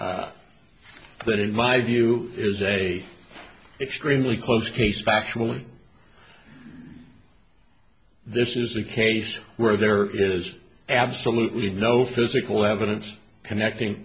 that in my view is a extremely close case factually this is a case where there is absolutely no physical evidence connecting